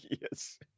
yes